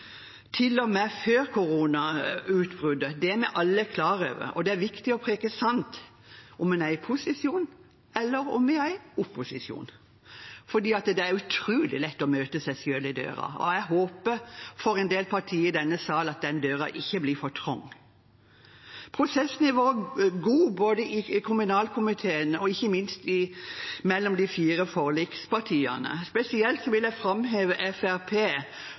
Det er vi alle klar over, og det er viktig å preke sant enten en er i posisjon eller i opposisjon, for det er utrolig lett å møte seg selv i døra. Jeg håper for en del partier i denne sal at den døra ikke blir for trang. Prosessen har vært god både i kommunalkomiteen og ikke minst mellom de fire forlikspartiene. Spesielt vil jeg framheve